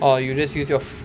orh you just use your ph~